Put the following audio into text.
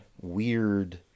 weird